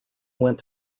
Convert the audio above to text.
went